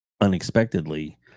unexpectedly